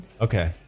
Okay